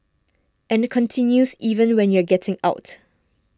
and continues even when you're getting out